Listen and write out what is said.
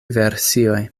versioj